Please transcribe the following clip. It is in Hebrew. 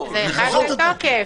הן נכנסות לתוקף.